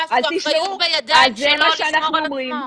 שהאחריות היא בידיים שלו לשמור על עצמו.